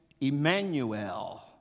Emmanuel